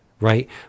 right